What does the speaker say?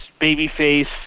babyface